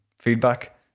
feedback